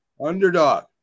underdog